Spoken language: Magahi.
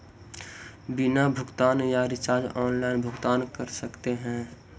बिल भुगतान या रिचार्ज आनलाइन भुगतान कर सकते हैं?